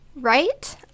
Right